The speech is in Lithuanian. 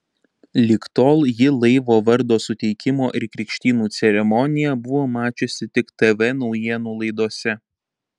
lig tol ji laivo vardo suteikimo ir krikštynų ceremoniją buvo mačiusi tik tv naujienų laidose